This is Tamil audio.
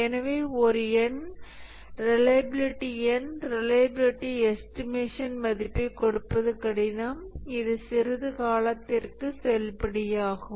எனவே ஒரு எண் ரிலையபிலிட்டி எண் ரிலையபிலிட்டி எஸ்டிமேஷன் மதிப்பைக் கொடுப்பது கடினம் இது சிறிது காலத்திற்கு செல்லுபடியாகும்